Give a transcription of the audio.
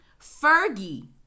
Fergie